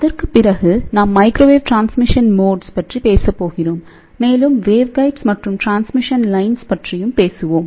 அதற்கு பிறகு நாம்மைக்ரோவேவ் டிரான்ஸ்மிஷன் மோட்ஸ் பற்றி பேசப் போகிறோம் மேலும் வேவ்கைட்ஸ் மற்றும் ட்ரான்ஸ் மிஷன் லைன்ஸ் பற்றியும் பேசுவோம்